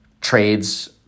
trades